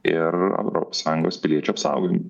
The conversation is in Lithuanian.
ir europos sąjungos piliečių apsaugojimui